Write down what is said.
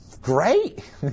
great